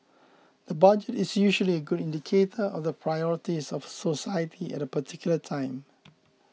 the Budget is usually a good of the priorities of society at a particular time